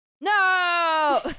No